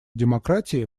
демократии